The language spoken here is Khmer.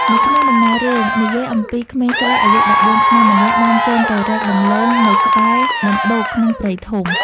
នៅក្នុងដំណើររឿង និយាយអំពីក្មេងស្រីអាយុ១៤ឆ្នាំម្នាក់បានចេញទៅរកដំឡូងនៅក្បែរដំបូកក្នុងព្រៃធំ។